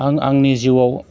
आं आंनि जिउआव